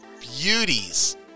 beauties